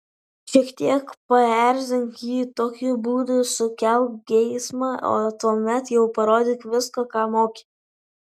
šiek tiek paerzink jį tokiu būdu sukelk geismą o tuomet jau parodyk viską ką moki